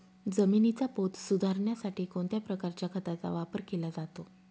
जमिनीचा पोत सुधारण्यासाठी कोणत्या प्रकारच्या खताचा वापर केला जातो?